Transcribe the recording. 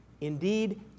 indeed